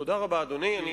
תודה רבה, אדוני.